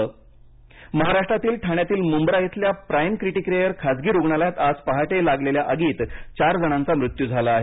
ठाणे आग महाराष्ट्रातील ठाण्यातील मुंब्रा इथल्या प्राइम क्रिटीकेअर खासगी रुग्णालयात आज पहाटे लागलेल्या आगीत चार रुग्णांचा मृत्यू झाला आहे